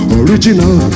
original